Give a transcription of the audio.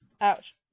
Ouch